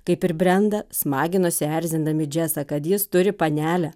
kaip ir brenda smaginosi erzindami džesą kad jis turi panelę